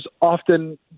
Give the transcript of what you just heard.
often